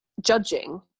judging